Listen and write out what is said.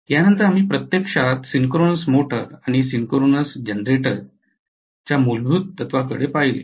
यानंतर आम्ही प्रत्यक्षात सिंक्रोनस मोटर आणि सिंक्रोनस जनरेटरच्या मूलभूत तत्त्वा कडे पाहिले